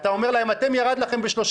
ואתה אומר להם: "לכם ירד ב-30%?